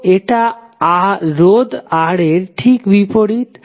তো এটা রোধ R এর ঠিক বিপরীত